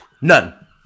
None